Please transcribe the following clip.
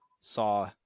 saw